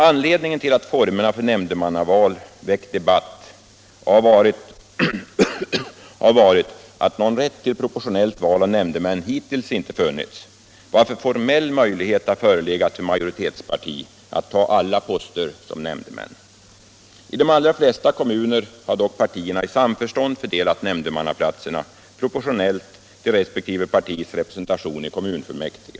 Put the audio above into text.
Anledningen till att formerna för nämndemannaval väckt debatt har varit att någon rätt till proportionellt val av nämndemän hittills inte funnits, varför formell möjlighet förelegat för majoritetsparti att ta alla poster som nämndemän. I de allra flesta kommuner har dock partierna i samförstånd fördelat nämndemannaplatserna proportionellt till resp. partis representation i kommunfullmäktige.